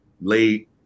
late